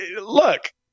Look